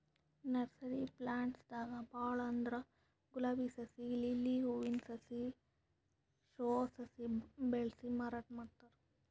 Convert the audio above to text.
nursery plants ದಾಗ್ ಭಾಳ್ ಅಂದ್ರ ಗುಲಾಬಿ ಸಸಿ, ಲಿಲ್ಲಿ ಹೂವಿನ ಸಾಸ್, ಶೋ ಸಸಿ ಬೆಳಸಿ ಮಾರಾಟ್ ಮಾಡ್ತಾರ್